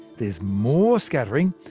there's more scattering,